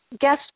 guest